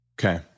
Okay